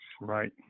Right